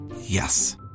Yes